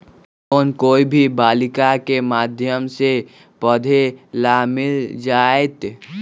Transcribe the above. Loan कोई भी बालिका के माध्यम से पढे ला मिल जायत?